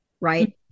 right